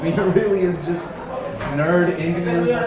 really is just nerd